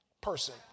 person